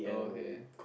oh okay